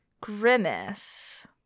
Grimace